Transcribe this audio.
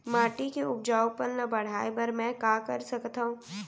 माटी के उपजाऊपन ल बढ़ाय बर मैं का कर सकथव?